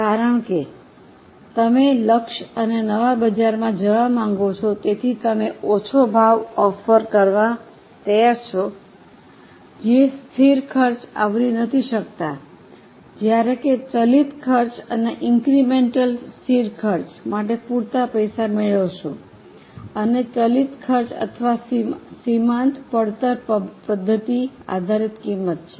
કારણ કે તમે લક્ષ અને નવા બજારમાં જવા માંગો છો તેથી તમે ઓછો ભાવ ઓફર કરવા તૈયાર છો જે સ્થિર ખર્ચ આવરી નથી શકતા જ્યારે કે ચલિત ખર્ચ અને ઇન્ક્રમેન્ટલ સ્થિર ખર્ચ માટે પૂરતા પૈસા મેળવશો આને ચલિત ખર્ચ અથવા સીમાતં પડતર પદ્ધતિ આધારિત કિંમત છે